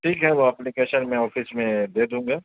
ٹھیک ہے وہ ایپلیکشین میں آفس میں دے دوں گا